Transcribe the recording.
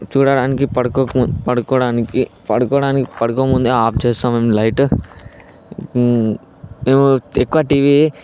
చూడడానికి పడుకోక పడుకోడానికి పడుకోడానికి పడుకోకముందే ఆఫ్ చేస్తాము మేము లైటు మేము ఎక్కువ టీవీ